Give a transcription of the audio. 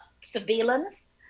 surveillance